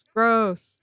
Gross